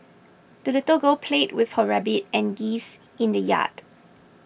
the little girl played with her rabbit and geese in the yard